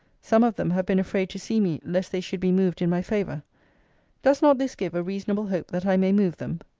some of them have been afraid to see me, lest they should be moved in my favour does not this give a reasonable hope that i may move them?